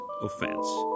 offense